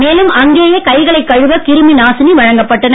மேலும் அங்கேயே கைகளை கழுவ கிரிமி நாசினி வழங்கப்பட்டன